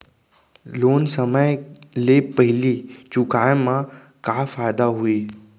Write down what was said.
Loan समय ले पहिली चुकाए मा का फायदा होही?